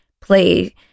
play